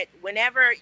whenever